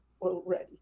already